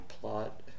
plot